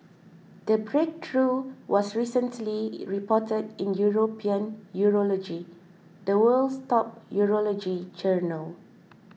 the breakthrough was recently reported in European Urology the world's top urology journal